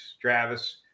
Travis